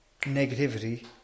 negativity